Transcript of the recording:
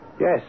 Yes